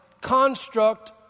construct